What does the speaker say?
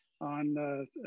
on